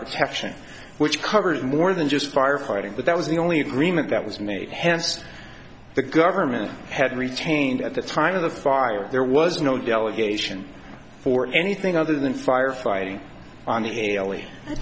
protection which covers more than just fire fighting but that was the only agreement that was made hence the government had retained at the time of the fire there was no delegation for anything other than fire fighting on the